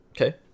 okay